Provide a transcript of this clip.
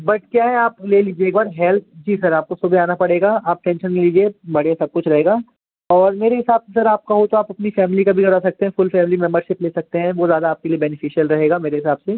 but क्या है आप ले लीजिए बट हेल्थ जी सर आपको सुबह आना पड़ेगा आप टेंशन मत लीजिए बढ़िया सब कुछ रहेगा और मेरे हिसाब से सर आप कहो तो आप अपनी फ़ैमिली का भी करवा सकते हैं फुल फ़ैमिली मेंबरशिप ले सकते हैं वो ज़्यादा आपके लिए बेनीफिशियल रहेगा मेरे हिसाब से